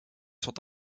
sont